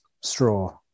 straw